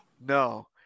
No